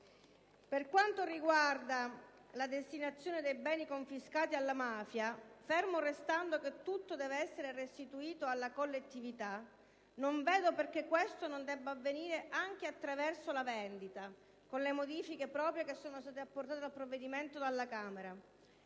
Per quanto riguarda la destinazione dei beni confiscati alla mafia, fermo restando che tutto deve essere restituito alla collettività, non vedo perché questo non debba avvenire anche attraverso la vendita dei beni, con le modifiche proprie che sono state apportate al provvedimento dalla Camera.